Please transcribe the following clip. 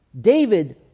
David